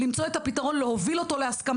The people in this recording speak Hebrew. ולמצוא את הפתרון כדי להוביל אותו להסכמה.